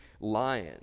lion